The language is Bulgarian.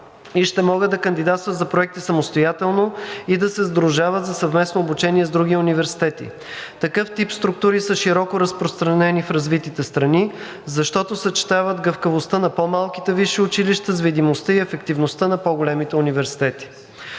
и ще могат да кандидатстват за проекти самостоятелно и да се сдружават за съвместно обучение с други университети. Такъв тип структури са широко разпространени в развитите страни, защото съчетават гъвкавостта на по-малките висши училища с видимостта и ефективността на по-големите университети.